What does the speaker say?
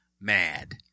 mad